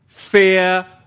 Fear